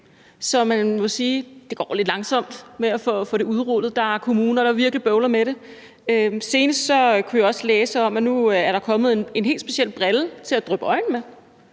som man må sige det går lidt langsomt med at få udrullet. Der er kommuner, der virkelig bøvler med det. Senest kunne jeg også læse om, at der nu er kommet en helt speciel brille til at dryppe øjne med,